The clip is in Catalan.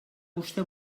vostè